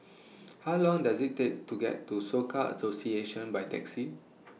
How Long Does IT Take to get to Soka Association By Taxi